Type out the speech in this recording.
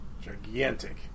gigantic